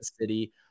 City